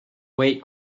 wait